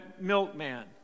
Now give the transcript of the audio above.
milkman